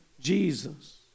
Jesus